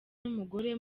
n’umugore